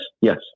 yes